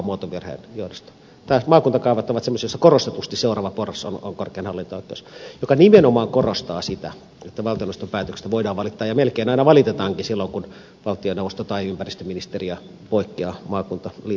taas maakuntakaavat ovat semmoisia joissa korostetusti seuraava porras on korkein hallinto oikeus mikä nimenomaan korostaa sitä että valtioneuvoston päätöksestä voidaan valittaa ja melkein aina valitetaankin silloin kun valtioneuvosto tai ympäristöministeriö poikkeaa maakuntaliiton tahdosta